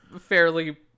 fairly